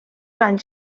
anys